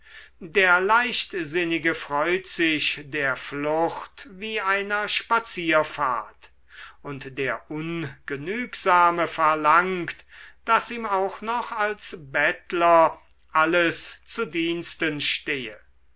der leichtsinnige freut sich der flucht wie einer spazierfahrt und der ungenügsame verlangt daß ihm auch noch als bettler alles zu diensten stehe